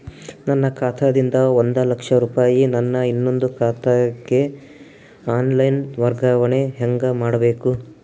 ನನ್ನ ಖಾತಾ ದಿಂದ ಒಂದ ಲಕ್ಷ ರೂಪಾಯಿ ನನ್ನ ಇನ್ನೊಂದು ಖಾತೆಗೆ ಆನ್ ಲೈನ್ ವರ್ಗಾವಣೆ ಹೆಂಗ ಮಾಡಬೇಕು?